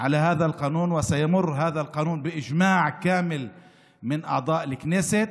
על החוק הזה והוא יעבור בקונסנזוס מלא של חברי הכנסת.